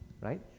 right